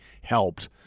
helped